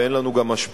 וגם אין לנו השפעה.